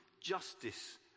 justice